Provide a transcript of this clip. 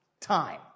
time